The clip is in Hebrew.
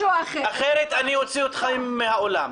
אחרת אני אוציא אתכן מהאולם.